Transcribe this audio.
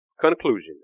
conclusion